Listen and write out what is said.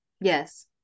yes